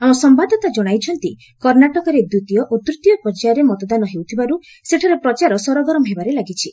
ଆମ ସମ୍ଭାଦଦାତା ଜଣାଇଛନ୍ତି କର୍ଷାଟକରେ ଦ୍ୱିତୀୟ ଓ ତୃତୀୟ ପର୍ଯ୍ୟାୟରେ ମତଦାନ ହେଉଥିବାରୁ ସେଠାରେ ପ୍ରଚାର ସରଗରମ ହେବାରେ ଲାଗିଛି